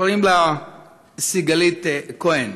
קוראים לה סיגלית כהן.